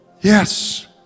Yes